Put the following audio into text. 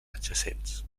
adjacents